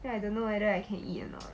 then I don't know whether I can eat or not